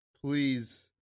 please